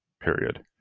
period